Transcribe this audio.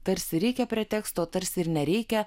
tarsi reikia preteksto tarsi ir nereikia